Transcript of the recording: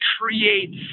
creates